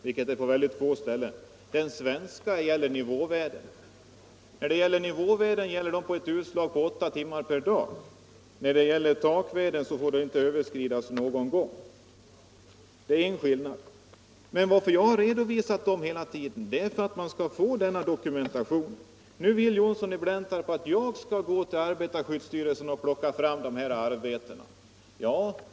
Den svenska listan upptar nivåvärden. Det betyder att de avser ett utslag för åtta timmar per dag, medan takvärden inte får överskridas någon gång. Det är en skillnad. Men anledningen till att jag hela tiden redovisat dessa listor är att man skall få en dokumentation. Nu vill herr Johnsson att jag skall gå till arbetarskyddsstyrelsen och plocka fram dessa uppgifter.